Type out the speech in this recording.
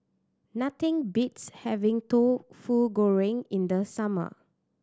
nothing beats having Tauhu Goreng in the summer